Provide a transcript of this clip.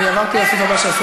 אני לא הסתפקתי בתשובת השר.